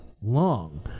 long